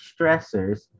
stressors